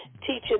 Teaching